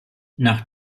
nach